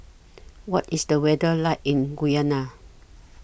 What IS The weather like in Guyana